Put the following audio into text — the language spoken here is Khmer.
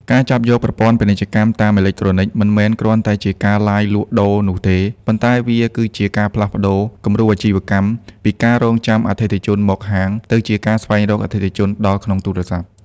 ការចាប់យក ប្រព័ន្ធពាណិជ្ជកម្មតាមអេឡិចត្រូនិក មិនមែនគ្រាន់តែជាការឡាយលក់ដូរនោះទេ ប៉ុន្តែវាគឺជាការផ្លាស់ប្តូរ គំរូអាជីវកម្ម ពីការរង់ចាំអតិថិជនមកហាង ទៅជាការស្វែងរកអតិថិជនដល់ក្នុងទូរស័ព្ទ។